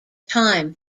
time